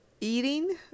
eating